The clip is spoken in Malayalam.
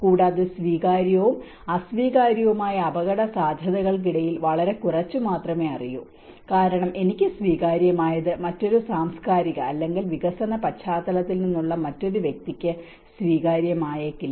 കൂടാതെ സ്വീകാര്യവും അസ്വീകാര്യവുമായ അപകടസാധ്യതകൾക്കിടയിൽ വളരെ കുറച്ച് മാത്രമേ അറിയൂ കാരണം എനിക്ക് സ്വീകാര്യമായത് മറ്റൊരു സാംസ്കാരിക അല്ലെങ്കിൽ വികസന പശ്ചാത്തലത്തിൽ നിന്നുള്ള മറ്റ് വ്യക്തിക്ക് സ്വീകാര്യമായേക്കില്ല